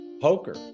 poker